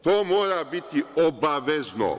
To mora biti obavezno.